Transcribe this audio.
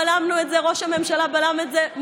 ראש הממשלה בלם את זה.